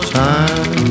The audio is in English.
time